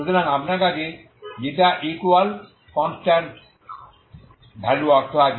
সুতরাং আপনার কাছে ইকুয়াল কনস্ট্যান্ট স ভ্যালু অর্থ আছে